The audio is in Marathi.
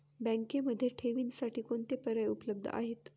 बँकेमध्ये ठेवींसाठी कोणते पर्याय उपलब्ध आहेत?